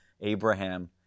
Abraham